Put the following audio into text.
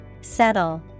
Settle